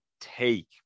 take